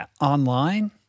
online